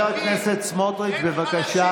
אתם קואליציה של מנותקים.